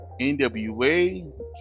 nwa